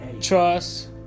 trust